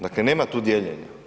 Dakle, nema tu dijeljenja.